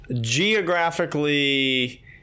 Geographically